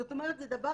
זאת אומרת, זה דבר